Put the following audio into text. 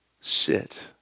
sit